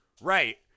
right